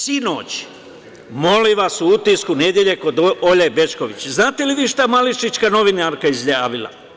Sinoć, molim vas, u „Utisku nedelje“ kod Olje Bećković, znate li vi šta je Mališićka novinarka izjavila?